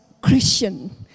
Christian